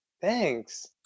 Thanks